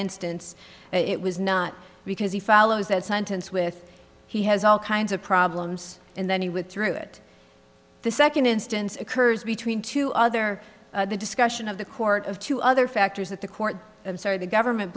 instance it was not because he follows that sentence with he has all kinds of problems and then he withdrew it the second instance occurs between two other the discussion of the court of two other factors that the court i'm sorry the government